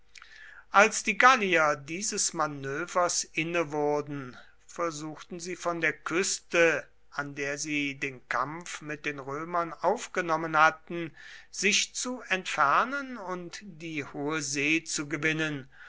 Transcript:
als die gallier dieses manövers innewurden versuchten sie von der küste an der sie den kampf mit den römern aufgenommen hatten sich zu entfernen und die hohe see zu gewinnen